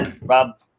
Rob